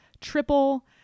triple